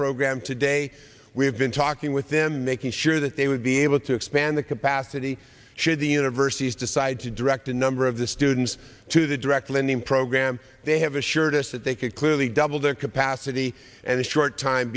program today we've been talking with them making sure that they would be able to expand the capacity should the universities decide to direct a number of the students to the direct lending program they have assured us that they could clearly double their capacity and a short time